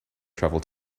travel